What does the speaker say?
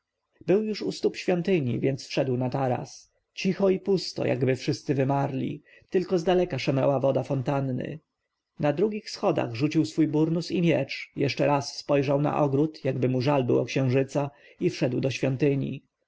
był już u stóp świątyni więc wszedł na taras cicho i pusto jakby wszyscy wymarli tylko zdaleka szemrała woda fontanny na drugich schodach rzucił swój burnus i miecz jeszcze raz spojrzał na ogród jakby mu żal było księżyca i wszedł do świątyni